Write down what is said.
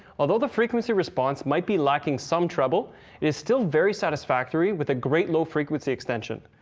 although the frequency response might be lacking some treble, it is still very satisfactory with a great low frequency extension.